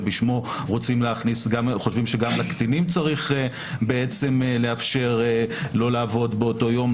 שבשמו חושבים שגם לקטינים צריך לאפשר לא לעבוד באותו יום.